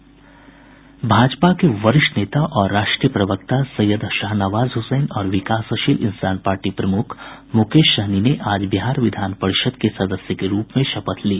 भाजपा के वरिष्ठ नेता और राष्ट्रीय प्रवक्ता सैयद शाहनवाज हुसैन और विकासशील इंसान पार्टी प्रमुख मुकेश सहनी ने आज बिहार विधान परिषद् के सदस्य के रूप में शपथ ली